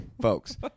folks